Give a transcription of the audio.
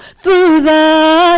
through the